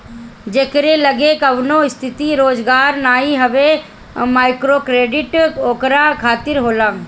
जेकरी लगे कवनो स्थिर रोजगार नाइ हवे माइक्रोक्रेडिट ओकरा खातिर होला